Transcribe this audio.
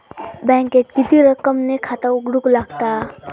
बँकेत किती रक्कम ने खाता उघडूक लागता?